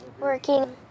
working